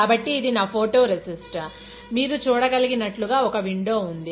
కాబట్టి ఇది నా ఫోటో రెసిస్ట్ మీరు చూడగలిగినట్లుగా ఒక విండో ఉంది